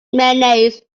mayonnaise